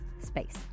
space